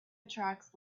attracts